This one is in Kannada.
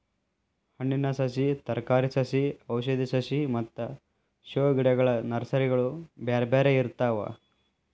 ಹಣ್ಣಿನ ಸಸಿ, ತರಕಾರಿ ಸಸಿ ಔಷಧಿ ಸಸಿ ಮತ್ತ ಶೋ ಗಿಡಗಳ ನರ್ಸರಿಗಳು ಬ್ಯಾರ್ಬ್ಯಾರೇ ಇರ್ತಾವ